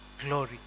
glory